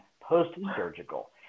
post-surgical